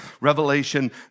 Revelation